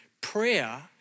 Prayer